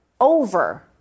over